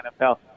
NFL